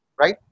right